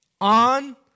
on